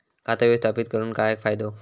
खाता व्यवस्थापित करून काय फायदो?